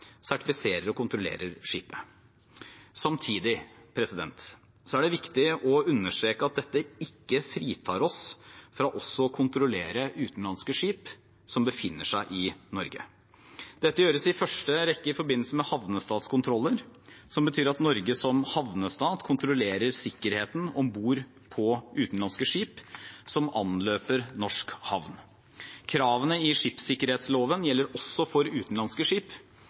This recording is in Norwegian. sertifiserer og kontrollerer skipet. Samtidig er det viktig å understreke at dette ikke fritar oss fra også å kontrollere utenlandske skip som befinner seg i Norge. Dette gjøres i første rekke i forbindelse med havnestatskontroller, som betyr at Norge som havnestat kontrollerer sikkerheten om bord på utenlandske skip som anløper norsk havn. Kravene i skipssikkerhetsloven gjelder også for utenlandske skip,